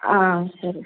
ಆಂ ಸರಿ